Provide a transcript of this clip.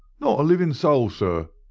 not a livin' soul, sir,